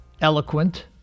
Eloquent